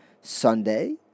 Sunday